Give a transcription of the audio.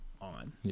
on